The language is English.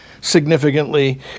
significantly